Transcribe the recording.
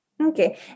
Okay